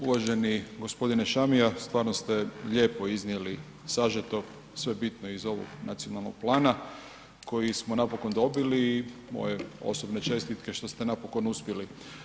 Uvaženi g. Šamija stvarno ste lijepo iznijeli, sažeto sve bitno iz ovog nacionalnog plana koji smo napokon dobili i moje osobne čestitke što ste napokon uspjeli.